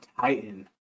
Titan